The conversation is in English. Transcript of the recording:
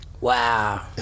Wow